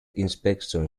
inspection